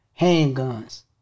handguns